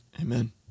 Amen